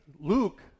Luke